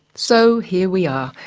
so here we are,